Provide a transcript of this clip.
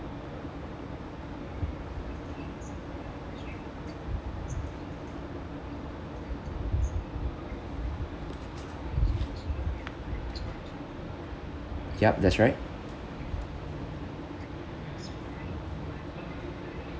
yup that's right